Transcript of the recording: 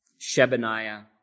Shebaniah